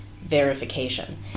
verification